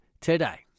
today